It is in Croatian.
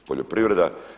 Poljoprivreda.